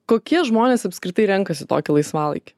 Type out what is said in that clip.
kokie žmonės apskritai renkasi tokį laisvalaikį